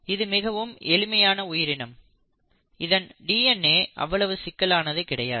இது மிகவும் எளிமையான உயிரினம் இதன் டி என் ஏ அவ்வளவு சிக்கலானது கிடையாது